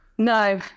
No